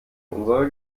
unserer